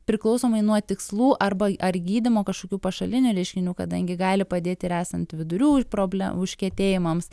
priklausomai nuo tikslų arba ar gydymo kažkokių pašalinių reiškinių kadangi gali padėti ir esant vidurių proble užkietėjimams